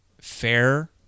fair